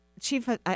Chief